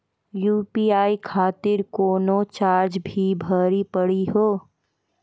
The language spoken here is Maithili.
यु.पी.आई खातिर कोनो चार्ज भी भरी पड़ी हो?